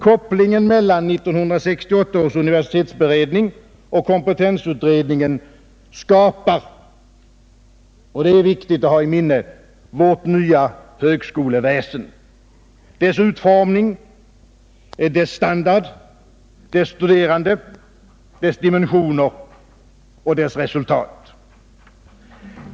Kopplingen mellan 1968 års universitetsutredning och kompetensutredningen skapar, det är viktigt att hålla i minnet, vårt nya högskoleväsen — dess utformning, dess standard, dess studerande, dess dimensioner och dess resultat.